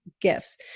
gifts